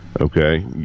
Okay